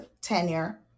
tenure